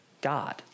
God